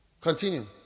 Continue